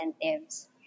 incentives